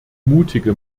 mutige